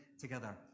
together